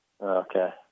Okay